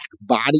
body